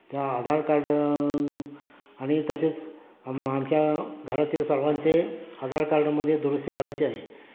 त्या आधार कार्ड आणि तसेच आमच्या घरातील सर्वांचे आधार कार्डमध्ये दुरुस्ती करायची आहे